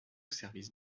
service